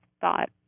thought